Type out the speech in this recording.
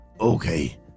okay